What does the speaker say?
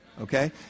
Okay